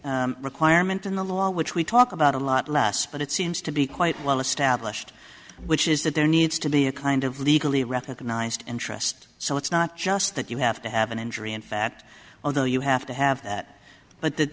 other requirement in the law which we talk about a lot last but it seems to be quite well established which is that there needs to be a kind of legally recognized and trust so it's not just that you have to have an injury in fact although you have to have that but th